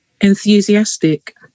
Enthusiastic